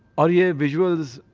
ah yeah visuals.